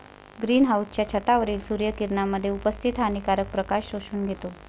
green हाउसच्या छतावरील सूर्य किरणांमध्ये उपस्थित हानिकारक प्रकाश शोषून घेतो